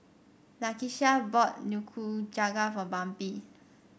Lakeshia bought Nikujaga for Bambi